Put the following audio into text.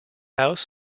house